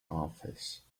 office